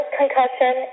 concussion